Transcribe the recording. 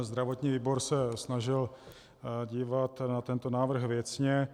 Zdravotní výbor se snažil dívat na tento návrh věcně.